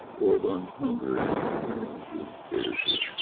orban's hungary turning and to a dictatorship,